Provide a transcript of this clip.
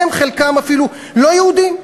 הם, חלקם אפילו לא יהודים,